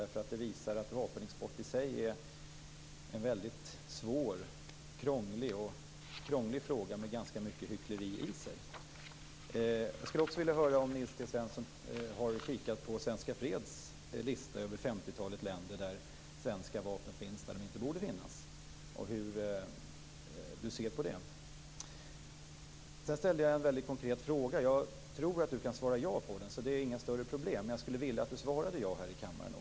Den visar att vapenexporten i sig är en väldigt svår och krånglig fråga men ganska mycket hyckleri i sig. Jag skulle också vilja höra om Nils T Svensson har tittat på Svenska Freds lista över femtiotalet länder där svenska vapen finns men där sådana inte borde finnas. Hur ser Nils T Svensson på det? Jag ställer en väldigt konkret fråga. Jag tror att Nils T Svensson kan svara ja på den, så det är inga större problem, men jag skulle vilja att han gör det här i kammaren.